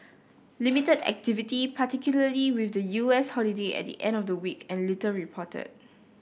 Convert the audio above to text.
limited activity particularly with the U S holiday at the end of the week and little reported